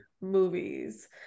movies